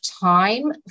time